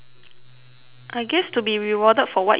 I guess to be rewarded for what you do lor